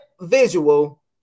visual